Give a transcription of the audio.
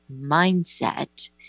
mindset